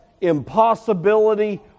impossibility